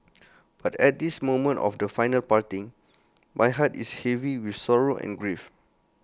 but at this moment of the final parting my heart is heavy with sorrow and grief